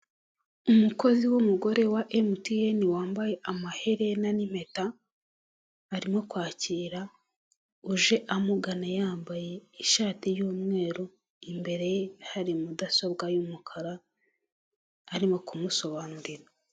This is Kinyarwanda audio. Umukozi w'umugore wa emutiyeni, wambaye amaherena n'impeta, arimo kwakira uje amugana, yambaye ishati y'umweru, imbere ye hari mudasobwa y'umukara, arimo kumusobanurira.